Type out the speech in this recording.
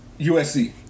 USC